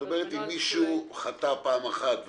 כלומר אם מישהו חטא פעם אחת,